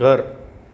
घर